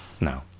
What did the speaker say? No